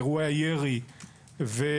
אירועי הירי והנרצחים,